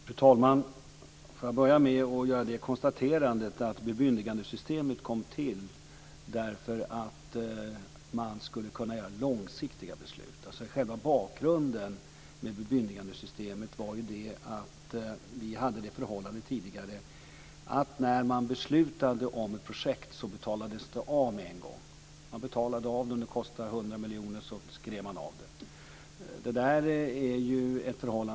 Fru talman! Jag vill börja med att konstatera att bemyndigandesystemet kom till därför att man skulle kunna fatta långsiktiga beslut. Vi hade det förhållandet tidigare att när man beslutade om projekt betalades det av med en gång och sedan skrev man av det.